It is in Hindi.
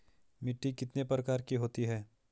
मिट्टी कितने प्रकार की होती है?